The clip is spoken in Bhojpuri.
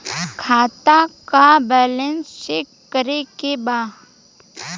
खाता का बैलेंस चेक करे के बा?